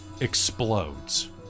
explodes